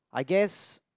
I guess